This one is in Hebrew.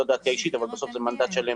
זו דעתי האישית אבל בסוף זה מנדט שלם